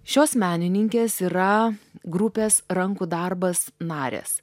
šios menininkės yra grupės rankų darbas narės